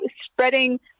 spreading